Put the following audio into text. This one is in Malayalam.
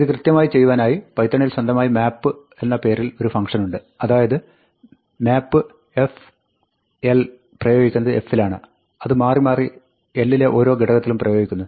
ഇത് കൃത്യമായി ചെയ്യുവാനായി പൈത്തണിൽ സ്വന്തമായി map എന്ന പേരിൽ ഒരു ഫംങ്ക്ഷനുണ്ട് അതായത് map പ്രയോഗിക്കുന്നത് f ലാണ് അത് മാറിമാറി l ലെ ഓരോ ഘടകത്തിലും പ്രയോഗിക്കുന്നു